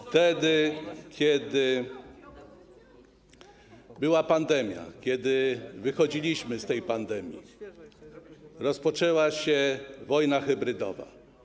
Wtedy kiedy była pandemia, kiedy wychodziliśmy z pandemii, rozpoczęła się wojna hybrydowa.